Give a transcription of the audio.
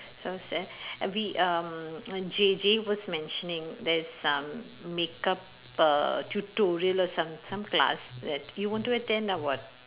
and we um Jay Jay was mentioning there's some makeup uh tutorial or some some class that you want to attend or what